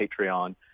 Patreon